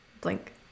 blank